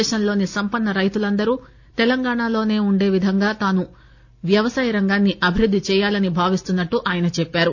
దేశంలోని సంపన్న రైతులందరూ తెలంగాణాలోనే ఉండే విధంగా తాను వ్యవసాయ రంగాన్ని అభివృద్ది చేయాలని భావిస్తున్నట్లు ఆయన చెప్పారు